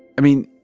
i mean,